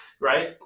Right